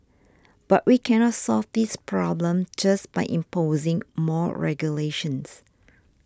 but we cannot solve this problem just by imposing more regulations